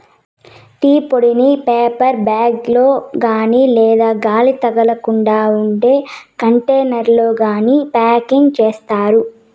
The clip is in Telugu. టీ పొడిని పేపర్ బ్యాగ్ లో కాని లేదా గాలి తగలకుండా ఉండే కంటైనర్లలో ప్యాకింగ్ చేత్తారు